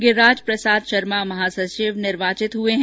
गिरिराज प्रसाद शर्मा महासचिव निर्वाचित हुए हैं